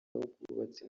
w’ubwubatsi